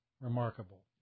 Remarkable